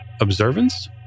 observance